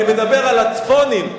אני מדבר על הצפונים,